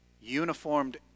uniformed